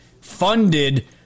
funded